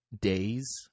days